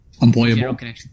unplayable